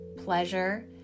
Pleasure